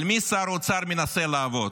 על מי שר האוצר מנסה לעבוד?